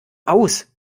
aus